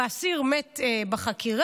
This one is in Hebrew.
והאסיר מת בחקירה,